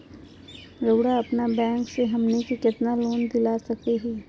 रउरा अपन बैंक से हमनी के कितना लोन दिला सकही?